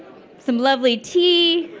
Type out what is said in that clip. some lovely tea.